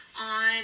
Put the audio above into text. on